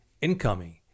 incoming